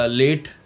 late